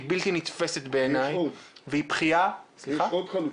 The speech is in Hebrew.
היא בלתי נתפסת בעיני --- יש עוד חלופות.